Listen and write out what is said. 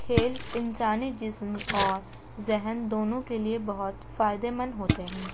کھیل انسانی جسم اور ذہن دونوں کے لیے بہت فائدے مند ہوتے ہیں